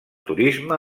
turisme